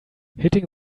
hitting